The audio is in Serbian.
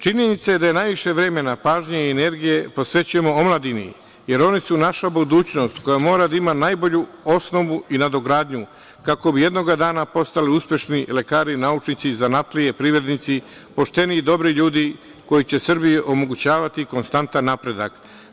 Činjenica je da najviše vremena, pažnje i energije posvećujemo omladini, jer oni su naša budućnost, koja mora da ima najbolju osnovu i nadogradnju, kako bi jednoga dana postali uspešni lekari, naučnici, zanatlije, privrednici, pošteni i dobri ljudi, koji će Srbiji omogućavati konstantan napredak.